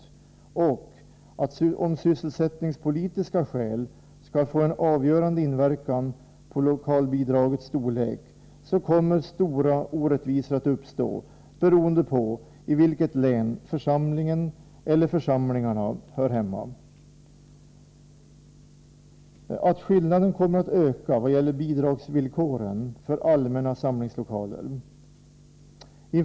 För det andra: Om sysselsättningspolitiska skäl skall få en avgörande inverkan på lokalbidragets storlek, kommer stora orättvisor att uppstå beroende på i vilket län församlingen eller församlingarna hör hemma. För det tredje: Skillnaderna i bidragsvillkoren jämfört med allmänna samlingslokaler kommer att öka.